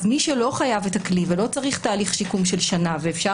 מי שלא חייב את הכלי ולא צריך תהליך שיקום של שנה ואפשר